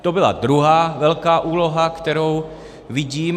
To byla druhá velká úloha, kterou vidím.